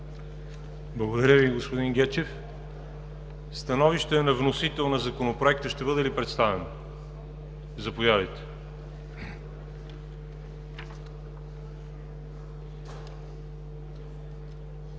Благодаря Ви, господин Гечев. Становище на вносител на Законопроекта ще бъде ли представено? Заповядайте.